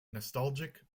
nostalgic